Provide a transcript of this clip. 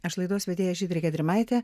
aš laidos vedėja žydrė gedrimaitė